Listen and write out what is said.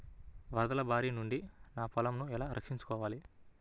వరదల భారి నుండి నా పొలంను ఎలా రక్షించుకోవాలి?